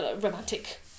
romantic